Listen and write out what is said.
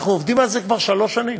אנחנו עובדים על זה כבר שלוש שנים.